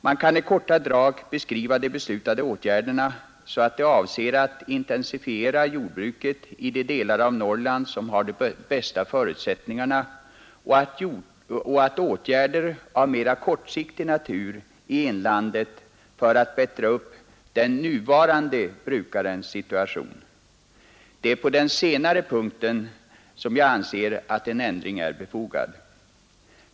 Man kan i korta drag beskriva de beslutade åtgärderna så att de avser att intensifiera jordbruket i de delar av Norrland som har de bästa förutsättningarna och att lämna stöd av mer kortsiktig natur i inlandet för att förbättra den nuvarande jordbrukarens situation. Det är på den senare punkten som jag anser att en ändring är befogad.